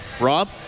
Rob